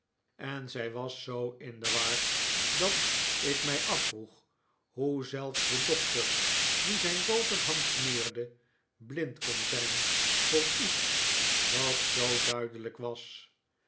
en zij was zoo in de war dat ik mij afvroeg hoe zelfs de doctor die zijn boterham smeerde blind kon zijn voor iets dat zoo duidelijk was